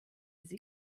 sie